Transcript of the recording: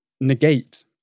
negate